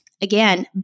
again